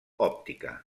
òptica